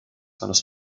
seines